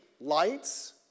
lights